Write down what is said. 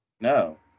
No